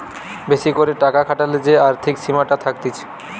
বেশি করে টাকা খাটালে যে আর্থিক সীমাটা থাকতিছে